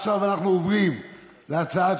אנחנו עוברים להצעת